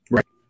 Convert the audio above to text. Right